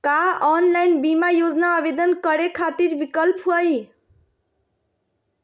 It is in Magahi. का ऑनलाइन बीमा योजना आवेदन करै खातिर विक्लप हई?